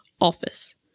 office